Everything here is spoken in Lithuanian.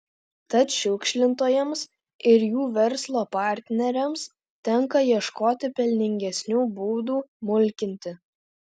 tad šiukšlintojams ir jų verslo partneriams tenka ieškoti pelningesnių būdų mulkinti